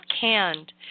canned